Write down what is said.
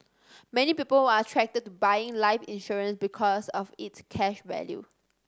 many people are attracted to buying life insurance because of its cash value